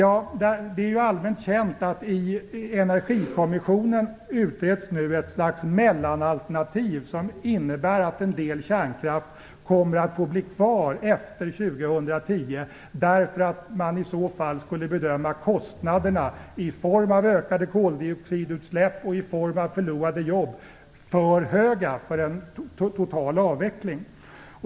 Det är ju allmänt känt att i Energikommissionen utreds nu ett slags mellanalternativ som innebär att en del kärnkraft kommer att få bli kvar efter år 2010 därför att man bedömer kostnaderna i form av ökade koldioxidutsläpp och i form av förlorade jobb för höga för en total avveckling.